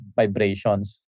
vibrations